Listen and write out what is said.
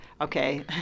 okay